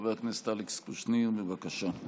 חבר הכנסת אלכס קושניר, בבקשה.